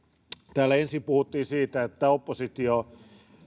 täällä ensin puhuttiin siitä että oppositio puuttuu